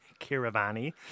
Kiravani